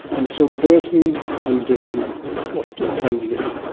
and so burton and dylan got friendly.